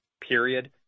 period